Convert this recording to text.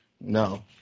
No